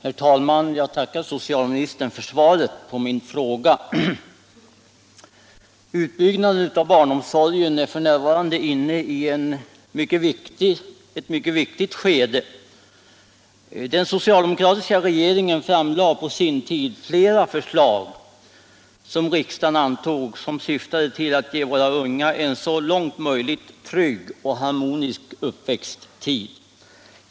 Herr talman! Jag tackar socialministern för svaret på min fråga. Utbyggnaden av barnomsorgen är f. n. inne i ett mycket viktigt skede. Den socialdemokratiska regeringen framlade på sin tid flera förslag, som riksdagen antog, vilka syftar till att ge våra unga en så långt möjligt trygg och harmonisk uppväxttid.